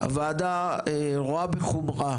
הוועדה רואה בחומרה